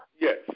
Yes